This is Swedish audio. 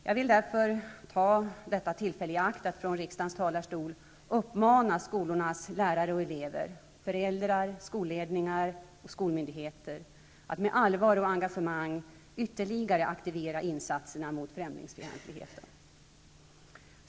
Jag vill därför ta detta tillfälle i akt att från riksdagens talarstol uppmana skolornas lärare och elever, föräldrar, skolledningar och skolmyndigheter att med allvar och engagemang ytterligare aktivera insatserna mot främlingsfientligheten.